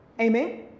amen